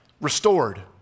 restored